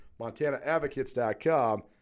MontanaAdvocates.com